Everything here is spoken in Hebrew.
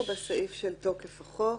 אנחנו בסעיף של תוקף החוק.